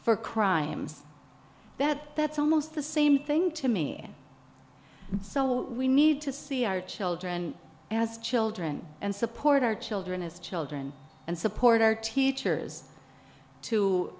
for crimes that that's almost the same thing to me we need to see our children as children and support our children as children and support our teachers to